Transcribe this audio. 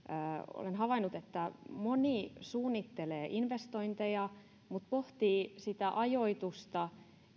olen havainnut että moni suunnittelee investointeja mutta pohtii sitä ajoitusta